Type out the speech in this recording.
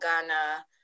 Ghana